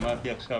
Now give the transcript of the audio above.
קיבלתי עכשיו,